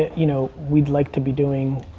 you know, we'd like to be doing,